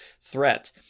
threat